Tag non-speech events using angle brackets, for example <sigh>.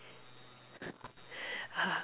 <noise>